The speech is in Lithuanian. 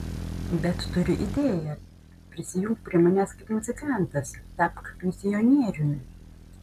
bet turiu idėją prisijunk prie manęs kaip muzikantas tapk misionieriumi